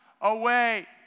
away